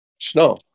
snow